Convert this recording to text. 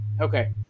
Okay